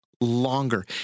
longer